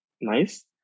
nice